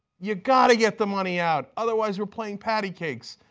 you've got to get the money out otherwise we are playing patty cakes.